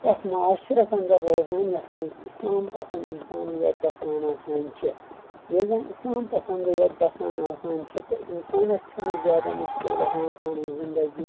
تتھ معاشرس انٛدر روزان یتھ منٛز اسلام پسنٛد انسان یوت بسان آسان چھِ ییٚتہِ زن اسلام پسنٛدٕے یوت بسان آسان چھِ تہٕ انسانس چھنہٕ زیادٕ مُشکِل باسان پنٕنۍ زندگی